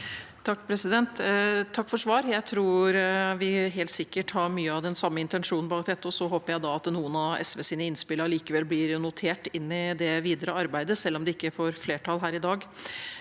Takk for svaret. Jeg tror vi helt sikkert har mye av den samme intensjonen bak dette. Så håper jeg noen av SVs innspill allikevel blir notert i det videre arbeidet, selv om de ikke får flertall her i dag.